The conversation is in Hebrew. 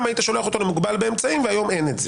היית שולח למוגבל באמצעים והיום אין את זה.